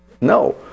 No